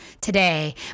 today